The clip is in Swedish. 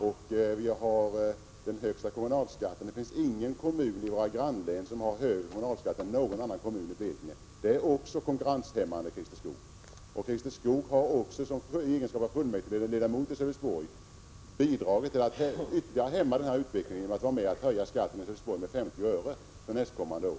Vi har dessutom den högsta kommunalskatten. Det finns ingen kommun i våra grannlän som har högre kommunalskatt än någon kommun i Blekinge. Det är också konkurrenshämmande, Christer Skoog. Christer Skoog har också, i egenskap av fullmäktigeledamot i Sölvesborg, bidragit till att ytterliga hämma denna utveckling genom att vara med om att höja skatten i Sölvesborg med 50 öre för nästkommande år.